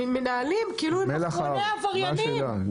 מלח הארץ.